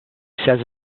says